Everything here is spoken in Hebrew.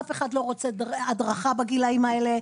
אף אחד לא רוצה הדרכה בגילים האלה.